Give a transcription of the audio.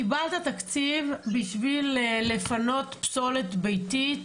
קיבלת תקציב בשביל לפנות פסולת ביתית